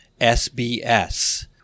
SBS